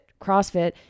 CrossFit